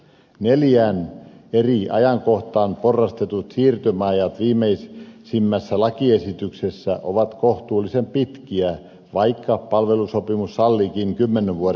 neljään eri ajankohtaan porrastetut siirtymäajat viimeisimmässä lakiesityksessä ovat kohtuullisen pitkiä vaikka palvelusopimus salliikin kymmenen vuoden siirtymäajan